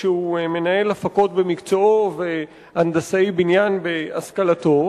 שהוא מנהל הפקות במקצועו והנדסאי בניין בהשכלתו.